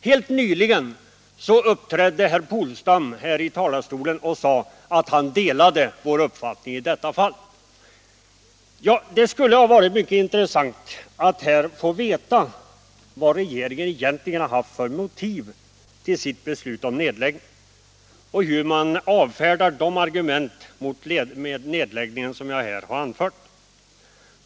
Helt nyss uppträdde herr Polstam här i talarstolen och sade att han delade 'vår uppfattning i detta fall. Det skulle ha varit mycket intressant att här få veta vad regeringen egentligen har haft för motiv till sitt beslut om nedläggning och hur man avfärdar de argument mot nedläggningen som jag här har anfört.